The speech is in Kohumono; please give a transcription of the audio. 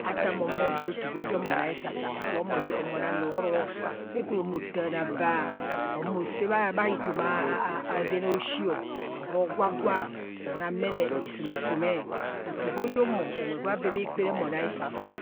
Ata mo humo baa re otu gwo jo humo na esasa okubho lume ji ona roro kwen kwen ohumo ji otaa na baa ahumo saa bhaitum a bhevan aoshio oro gwa gwa, ona mene isumisumee otu gwo jo humo unwe gwa baa kpaa re mo na esasa,